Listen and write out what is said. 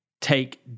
take